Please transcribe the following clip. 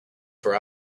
for